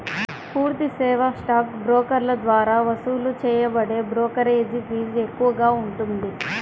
పూర్తి సేవా స్టాక్ బ్రోకర్ల ద్వారా వసూలు చేయబడే బ్రోకరేజీ ఫీజు ఎక్కువగా ఉంటుంది